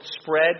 spread